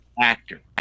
actor